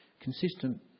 Consistent